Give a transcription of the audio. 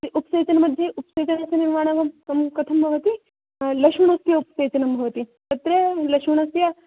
उपसेचन मध्ये उपसेचनस्य निर्माणं अं कथं भवति लशुणस्य उपसेचनं भवति तत्र लशुणस्य